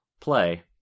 play